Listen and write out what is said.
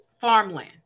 farmland